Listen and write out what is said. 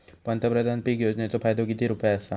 पंतप्रधान पीक योजनेचो फायदो किती रुपये आसा?